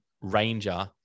ranger